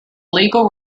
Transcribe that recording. legal